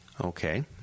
Okay